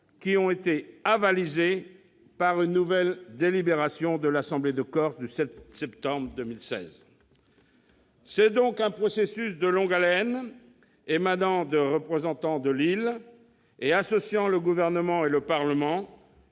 qui ont été avalisés par une nouvelle délibération de l'Assemblée de Corse le 7 septembre 2016. C'est donc un processus de longue haleine, émanant des représentants de l'île et associant le Gouvernement et le Parlement,